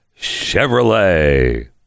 Chevrolet